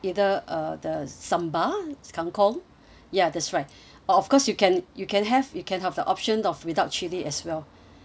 either uh the sambal kang kong ya that's right uh of course you can you can have you can have the option of without chilli as well